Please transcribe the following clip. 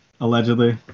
allegedly